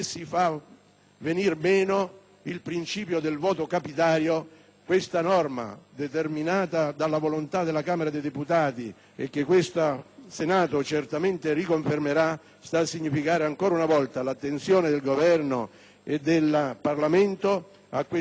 venir meno il principio del voto capitario. Questa norma, determinata dalla volontà della Camera dei deputati e che il Senato certamente confermerà, sta a significare ancora una volta l'attenzione del Governo e del Parlamento a questo ambito